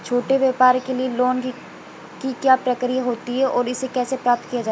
छोटे व्यापार के लिए लोंन की क्या प्रक्रिया होती है और इसे कैसे प्राप्त किया जाता है?